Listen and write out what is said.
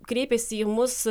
kreipėsi į mus